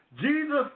Jesus